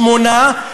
שמונה,